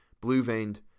blue-veined